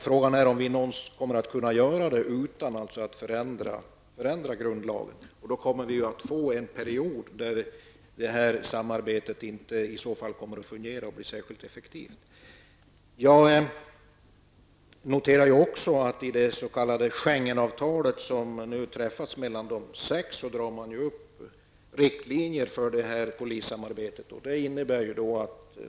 Frågan är om detta kommer att vara möjligt utan att vi ändrar grundlagen, och då blir följden att samarbetet under en period inte kommer att fungera eller vara särskilt effektivt. Jag noterade att man i det avtal som nu har träffats mellan de sex drar upp riktlinjer för polissamarbetet.